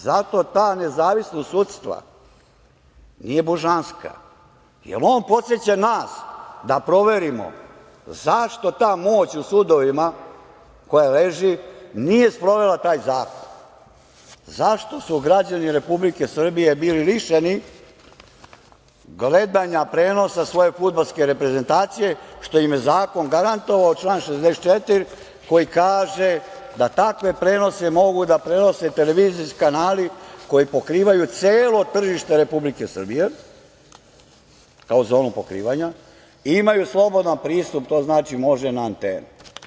Zato ta nezavisnost sudstva nije božanska, jer on podseća nas da proverimo zašto ta moć u sudovima koja leži nije sprovela taj zakon, zašto su građani Republike Srbije bili lišeni gledanja prenosa svoje fudbalske reprezentacije, što im je zakon garantovao, član 64, koji kaže da takve prenose mogu da prenose televizijski kanali koji pokrivaju celo tržište Republike Srbije, kao zonu pokrivanja, i imaju slobodan pristup, što znači da može na antenu?